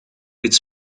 its